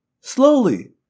slowly